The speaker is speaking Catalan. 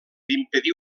impedir